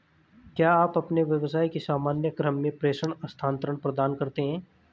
क्या आप अपने व्यवसाय के सामान्य क्रम में प्रेषण स्थानान्तरण प्रदान करते हैं?